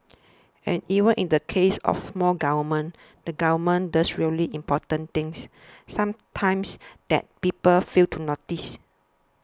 and even in the case of small government the government does really important things sometimes that people fail to notice